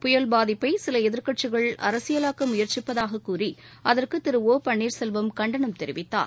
புயல் பாதிப்பைசிலஎதிர்க்கட்சிகள் அரசியலாக்கமுயற்சிப்பதாகக் கூறி அகற்குதிரு பன்னீர்செல்வம் கண்டனம் தெரிவித்தார்